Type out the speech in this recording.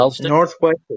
Northwest